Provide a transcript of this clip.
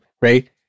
Right